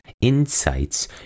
insights